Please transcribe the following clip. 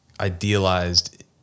idealized